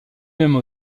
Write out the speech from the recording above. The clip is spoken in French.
même